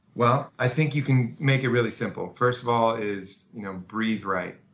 well, i think you can make it really simple. first of all is you know breathe right.